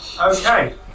Okay